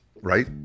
right